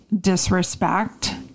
disrespect